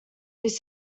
his